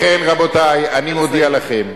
לכן, רבותי, אני מודיע לכם: